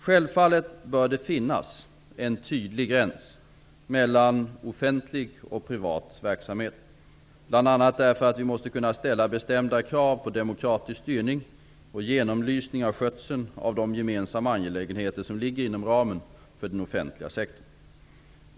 Självfallet bör det finnas en tydlig gräns mellan offentlig och privat verksamhet, bl.a. därför att vi måste kunna ställa bestämda krav på demokratisk styrning och genomlysning av skötseln av de gemensamma angelägenheter som ligger inom ramen för den offentliga sektorn.